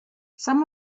some